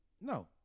No